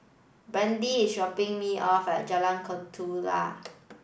Brandi is dropping me off at Jalan Ketuka